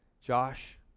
josh